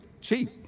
cheap